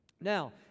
Now